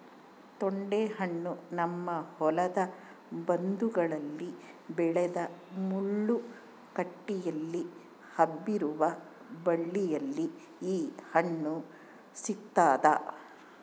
ತೊಂಡೆಹಣ್ಣು ನಮ್ಮ ಹೊಲದ ಬದುಗಳಲ್ಲಿ ಬೆಳೆದ ಮುಳ್ಳು ಕಂಟಿಯಲ್ಲಿ ಹಬ್ಬಿರುವ ಬಳ್ಳಿಯಲ್ಲಿ ಈ ಹಣ್ಣು ಸಿಗ್ತಾದ